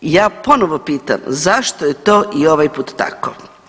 Ja ponovo pitam, zašto je to i ovaj put tako?